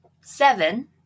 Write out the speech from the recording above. seven